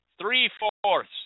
three-fourths